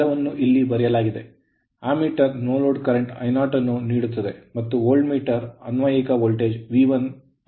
ಎಲ್ಲವನ್ನೂ ಇಲ್ಲಿ ಬರೆಯಲಾಗಿದೆ ammeter no load current I0 ಅನ್ನು ನೀಡುತ್ತದೆ ಮತ್ತು ವೋಲ್ಟ್ ಮೀಟರ್ ಅನ್ವಯಿಕ ವೋಲ್ಟೇಜ್ V1 ಅನ್ನು ನೀಡುತ್ತದೆ